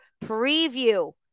preview